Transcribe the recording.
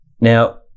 Now